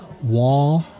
wall